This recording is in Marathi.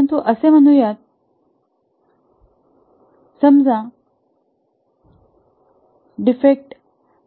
परंतु असे म्हणूया समजा डिफेक्ट